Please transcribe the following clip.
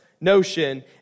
notion